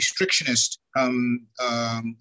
restrictionist